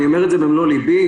אני אומר את במלוא ליבי.